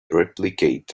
replicate